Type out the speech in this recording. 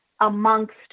amongst